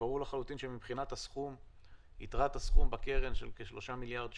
וברור לחלוטין שמבחינת יתרת הסכום בקרן של כ-3 מיליארד שקל,